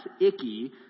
icky